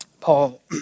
Paul